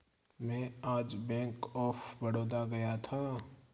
मैं आज bank of Baroda गया था